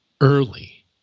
early